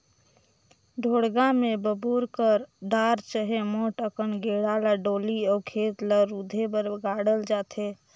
ढोड़गा मे बबूर कर डार चहे मोट अकन गेड़ा ल डोली अउ खेत ल रूधे बर गाड़ल जाथे